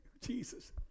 Jesus